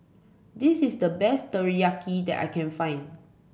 this is the best teriyaki that I can find